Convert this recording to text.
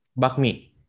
Bakmi